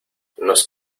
nos